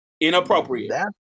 inappropriate